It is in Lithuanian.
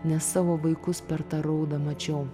nes savo vaikus per tą raudą mačiau